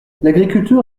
l’agriculture